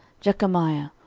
jecamiah,